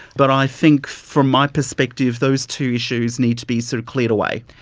but i think from my perspective those two issues need to be sort of cleared away.